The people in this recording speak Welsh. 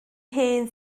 hen